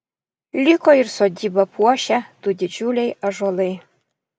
liko ir sodybą puošę du didžiuliai ąžuolai